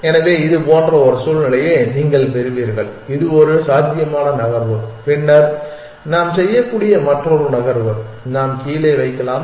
எனவே இது போன்ற ஒரு சூழ்நிலையை நீங்கள் பெறுவீர்கள் இது ஒரு சாத்தியமான நகர்வு பின்னர் நாம் செய்யக்கூடிய மற்றொரு நகர்வு நாம் கீழே வைக்கலாம்